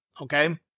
Okay